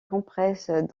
compresses